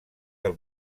del